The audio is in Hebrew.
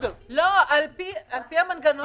לא, פשוט על פי המנגנון שנקבע.